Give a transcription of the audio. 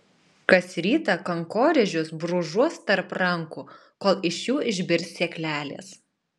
kas rytą kankorėžius brūžuos tarp rankų kol iš jų išbirs sėklelės